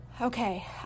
Okay